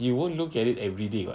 you won't look at it everyday [what]